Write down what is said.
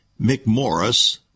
McMorris